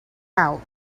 out